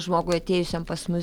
žmogui atėjusiam pas mus